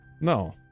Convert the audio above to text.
no